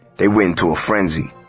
they went into a frenzy,